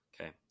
okay